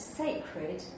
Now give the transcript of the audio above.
sacred